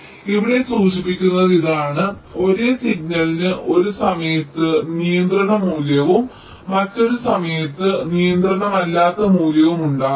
അതിനാൽ ഇവിടെ സൂചിപ്പിക്കുന്നത് ഇതാണ് ഒരേ സിഗ്നലിന് ഒരു സമയത്ത് നിയന്ത്രണ മൂല്യവും മറ്റൊരു സമയത്ത് നിയന്ത്രണമില്ലാത്ത മൂല്യവും ഉണ്ടാകാം